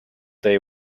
they